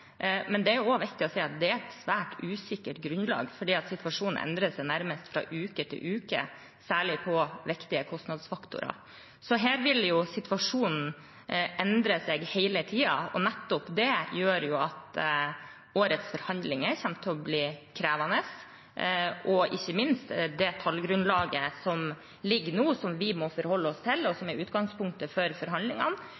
det er et svært usikkert grunnlag, for situasjonen endrer seg nærmest fra uke til uke, særlig for viktige kostnadsfaktorer. Her vil situasjonen endre seg hele tiden, og nettopp det gjør at årets forhandlinger kommer til å bli krevende. Ikke minst det tallgrunnlaget som ligger her nå, som vi må forholde oss til, og